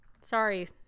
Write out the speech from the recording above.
Sorry